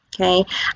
Okay